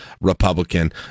Republican